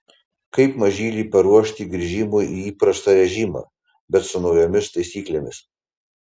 kaip mažylį paruošti grįžimui į įprastą režimą bet su naujomis taisyklėmis